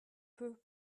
peu